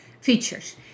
features